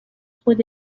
خود